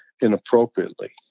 inappropriately